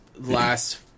last